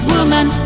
Woman